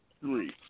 three